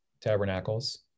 Tabernacles